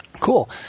Cool